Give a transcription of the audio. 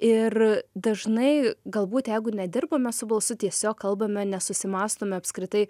ir dažnai galbūt jeigu nedirbame su balsu tiesiog kalbame nesusimąstome apskritai